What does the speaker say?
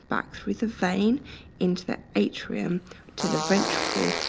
back through the vein into the atrium to the ventricle,